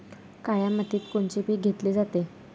काळ्या मातीत कोनचे पिकं घेतले जाते?